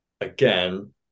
again